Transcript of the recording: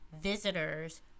visitors